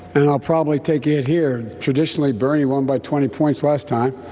and i'll probably take a hit here. traditionally, bernie won by twenty points last time,